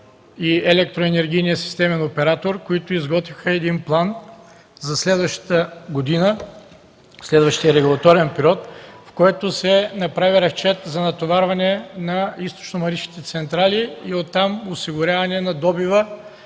и електроенергийния системен оператор, които изготвиха план за следващата година, за следващия регулаторен период, в който се направи разчет за натоварване на източномаришките централи и оттам – осигуряване на добива,